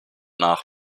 nach